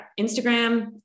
Instagram